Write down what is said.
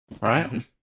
right